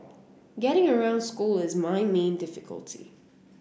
getting around school is my main difficulty